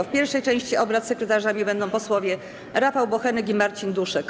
W pierwszej części obrad sekretarzami będą posłowie Rafał Bochenek i Marcin Duszek.